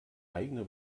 eigene